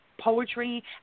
poetry